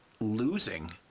losing